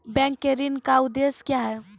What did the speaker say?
Bank के ऋण का उद्देश्य क्या हैं?